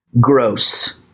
gross